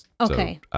Okay